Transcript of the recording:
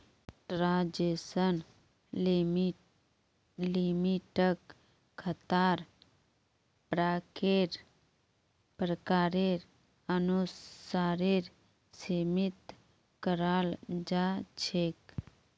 transaction लिमिटक खातार प्रकारेर अनुसारेर सीमित कराल जा छेक